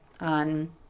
on